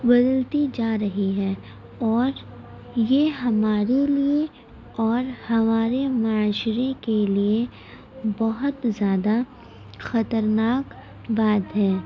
بدلتی جا رہی ہے اور یہ ہمارے لیے اور ہمارے معاشرے کے لیے بہت زیادہ خطرناک بات ہے